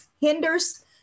hinders